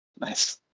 Nice